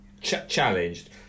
challenged